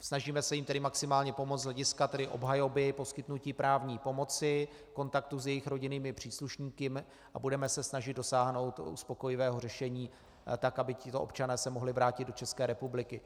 Snažíme se jim tedy maximálně pomoci z hlediska obhajoby, poskytnutí právní pomoci, kontaktu s jejich rodinnými příslušníky a budeme se snažit dosáhnout uspokojivého řešení, tak aby se tito občané mohli vrátit do České republiky.